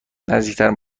نزدیکترین